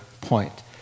point